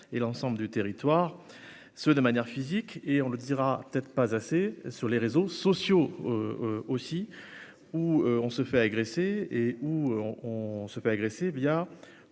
et l'ensemble du territoire ce de manière physique et on le dira peut-être pas assez sur les réseaux sociaux aussi, où on se fait agresser et où on on se fait agresser, bien